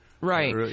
Right